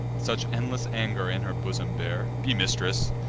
such endless anger in her bosom bear? be mistress,